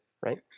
Right